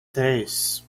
tres